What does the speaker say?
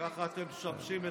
וככה אתם משבשים הכול.